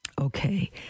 okay